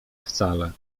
wcale